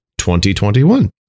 2021